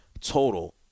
total